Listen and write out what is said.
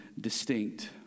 distinct